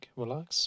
relax